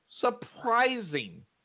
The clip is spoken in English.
surprising